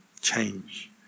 change